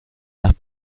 nach